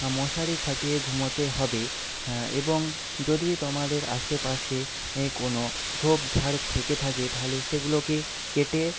মশারি খাটিয়ে ঘুমোতে হবে হ্যাঁ এবং যদি তোমাদের আশেপাশে কোনো ঝোপঝাড় থেকে থাকে তাহলে সেইগুলোকে কেটে